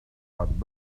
but